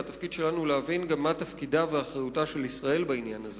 והתפקיד שלנו להבין גם מה תפקידה ואחריותה של ישראל בעניין הזה.